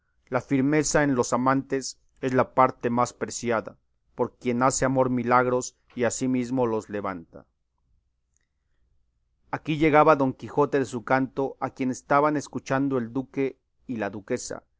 la firmeza en los amantes es la parte más preciada por quien hace amor milagros y asimesmo los levanta aquí llegaba don quijote de su canto a quien estaban escuchando el duque y la duquesa